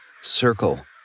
circle